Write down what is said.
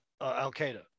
al-qaeda